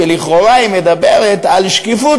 שלכאורה מדברת על שקיפות,